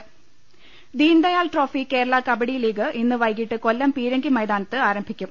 ലലലലലലലലലലലല Deendayal trophy Kerala kabaddi league ഇന്ന് വൈകീട്ട് കൊല്ലം പീരങ്കി മൈതാനത്ത് ആരംഭിക്കും